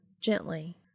gently